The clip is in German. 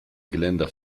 geländer